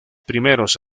primeros